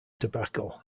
tobacco